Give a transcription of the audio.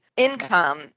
Income